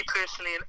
personally